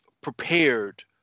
prepared